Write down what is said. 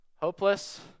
hopeless